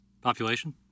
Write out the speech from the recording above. population